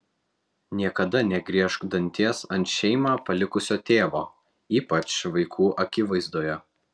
niekada negriežk danties ant šeimą palikusio tėvo ypač vaikų akivaizdoje